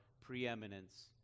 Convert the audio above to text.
preeminence